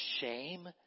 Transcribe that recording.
shame